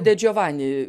de džiovani